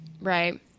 Right